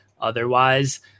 otherwise